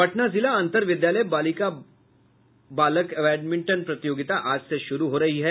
पटना जिला अंतर विद्यालय बालक बालिका बैडमिंटन प्रतियोगिता आज से शुरू हो रही है